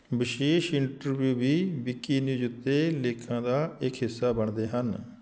ਵਿਸ਼ੇਸ਼ ਇੰਟਰਵਿਊ ਵੀ ਵਿਕੀਨਿਊਜ਼ ਉੱਤੇ ਲੇਖਾਂ ਦਾ ਇੱਕ ਹਿੱਸਾ ਬਣਦੇ ਹਨ